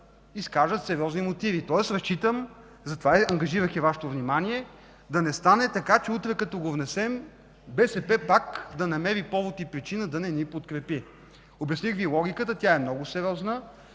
изкажат сериозни мотиви. Тоест разчитам, затова ангажирах и Вашето внимание, да не стане така, че утре, като го внесем, БСП пак да намери повод и причина да не ни подкрепи. Обясних Ви логиката, тя е много сериозна.